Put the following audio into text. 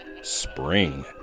spring